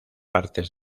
partes